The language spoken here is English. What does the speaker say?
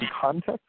context